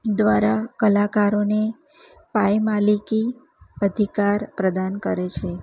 દ્વારા કલાકારોને પાયમાલિકી અધિકાર પ્રદાન કરે છે